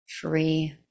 free